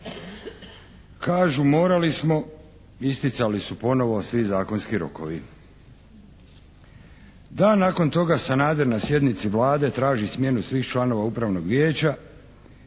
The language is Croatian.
Kažu morali smo, isticali su ponovo svi zakonski rokovi da nakon toga Sanader na sjednici Vlade traži smjenu svih članova Upravnog vijeća